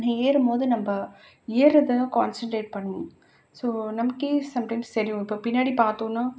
நீங்கள் ஏறும் போது நம்ம ஏர்றதில் தான் கான்சென்ட்ரேட் பண்ணுவோம் ஸோ நமக்கே சம் டைம்ஸ் தெரியும் இப்போ பின்னாடி பார்த்தோன்னா